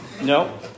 No